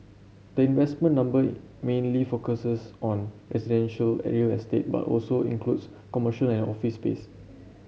the investment number mainly focuses on residential a real estate but also includes commercial and office space